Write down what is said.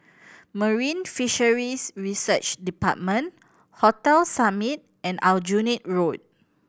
Marine Fisheries Research Department Hotel Summit and Aljunied Road